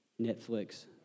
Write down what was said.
Netflix